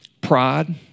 pride